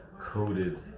coated